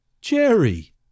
jerry